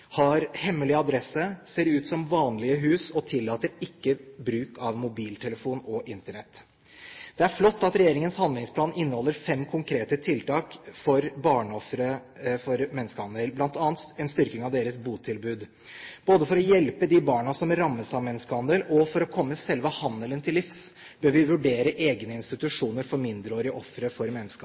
har hemmelig adresse, ser ut som vanlige hus, og tillater ikke bruk av mobiltelefon og Internett. Det er flott at regjeringens handlingsplan inneholder fem konkrete tiltak for barneofre for menneskehandel, bl.a. en styrking av deres botilbud. Både for å hjelpe de barna som rammes av menneskehandel, og for å komme selve handelen til livs bør vi vurdere egne institusjoner for mindreårige ofre for